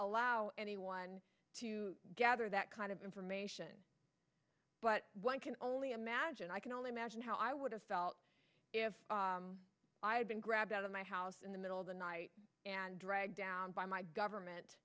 allow anyone to gather that kind of information but one can only imagine i can only imagine how i would have felt if i had been grabbed out of my house in the middle of the night and dragged down by my government